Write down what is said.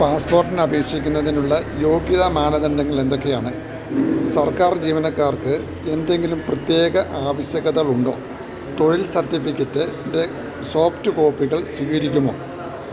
പാസ്പോര്ട്ടിന് അപേക്ഷിക്കുന്നതിനുള്ള യോഗ്യതാ മാനദണ്ഡങ്ങള് എന്തൊക്കെയാണ് സർക്കാർ ജീവനക്കാർക്ക് എന്തെങ്കിലും പ്രത്യേക ആവശ്യകതകളുണ്ടോ തൊഴിൽ സർട്ടിഫിക്കറ്റിന്റെ സോഫ്റ്റ് കോപ്പികൾ സ്വീകരിക്കുമോ